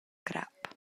crap